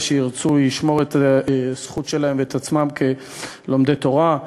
שירצו לשמור את הזכות שלהם ואת עצמם כלומדי תורה.